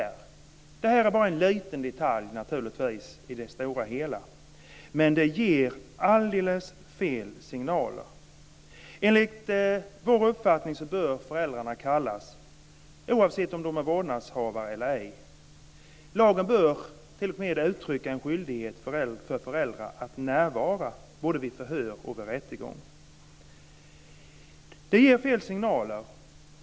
Det är naturligtvis bara en liten detalj i det stora hela, men det ger alldeles fel signaler. Enligt vår uppfattning bör föräldrarna kallas oavsett om de är vårdnadshavare eller ej. Lagen bör t.o.m. uttrycka en skyldighet för föräldrar att närvara både vid förhör och vid rättegång. Det ger fel signaler.